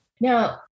Now